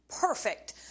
Perfect